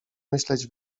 myśleć